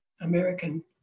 American